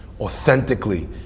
authentically